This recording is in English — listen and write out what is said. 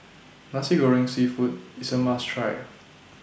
Nasi Goreng Seafood IS A must Try